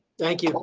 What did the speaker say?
thank you.